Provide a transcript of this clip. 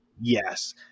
Yes